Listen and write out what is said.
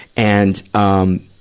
and, um,